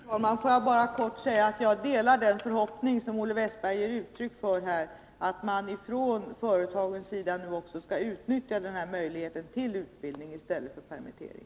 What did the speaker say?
Herr talman! Låt mig bara kort säga att jag delar den förhoppning som Olle Westberg ger uttryck för, att företagen också skall utnyttja den här möjligheten till utbildning i stället för permittering.